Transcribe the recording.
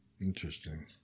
Interesting